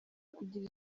kugira